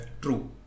true